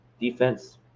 defense